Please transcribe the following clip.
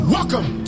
Welcome